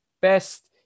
best